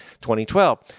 2012